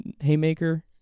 Haymaker